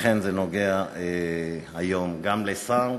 ולכן זה נוגע היום גם לשר,